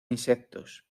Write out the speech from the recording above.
insectos